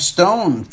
Stone